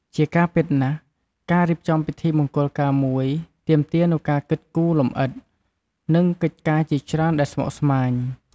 ជាការពិតណាស់ ការរៀបចំពិធីមង្គលការមួយទាមទារនូវការគិតគូរលម្អិត និងកិច្ចការជាច្រើនដែលស្មុគស្មាញ។